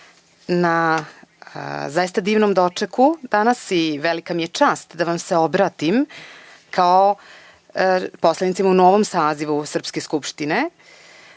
na zaista divnom dočeku danas. Velika mi je čast da vam se obratim kao poslanicima u novom sazivu srpske Skupštine